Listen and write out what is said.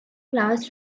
class